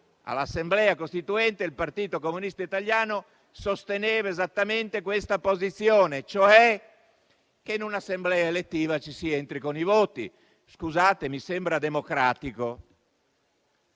All'Assemblea costituente il Partito Comunista Italiano sosteneva esattamente questa posizione, e cioè che in un'Assemblea elettiva ci si entri con i voti. Scusate, ma mi sembra democratico.